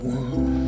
one